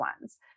ones